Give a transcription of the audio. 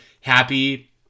happy